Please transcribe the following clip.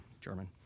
German